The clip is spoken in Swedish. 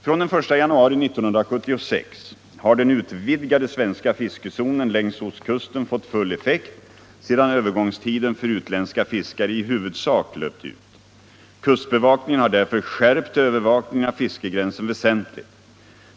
Från den 1 januari 1976 har den utvidgade svenska fiskezonen längs ostkusten fått full effekt, sedan övergångstiden för utländska fiskare i huvudsak löpt ut. Kustbevakningen har därför skärpt övervakningen av fiskegränsen väsentligt.